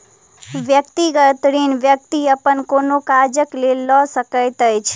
व्यक्तिगत ऋण व्यक्ति अपन कोनो काजक लेल लऽ सकैत अछि